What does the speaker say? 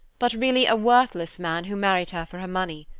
but really a worthless man who married her for her money.